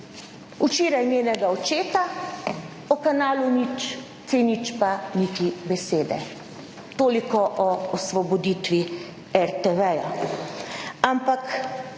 včeraj njenega očeta o kanalu nič, C0 pa niti besede. Toliko o osvoboditvi RTV.